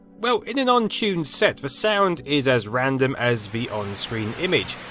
well, in an untuned set, the sound is as random as the on screen image,